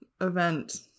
event